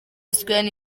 square